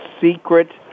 Secret